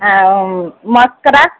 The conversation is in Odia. ଆଉ ମସ୍କରା